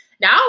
now